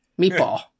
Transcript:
Meatball